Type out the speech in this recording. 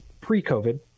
pre-COVID